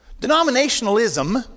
Denominationalism